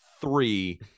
three